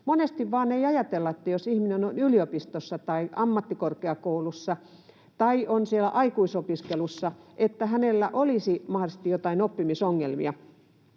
Monesti vain ei ajatella, että jos ihminen on yliopistossa, ammattikorkeakoulussa tai aikuisopiskelussa, hänellä olisi mahdollisesti joitain oppimisongelmia,